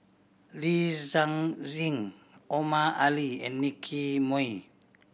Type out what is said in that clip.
Li Omar Ali and Nicky Moey